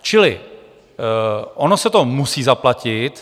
Čili ono se to musí zaplatit.